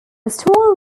stall